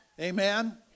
Amen